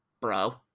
bro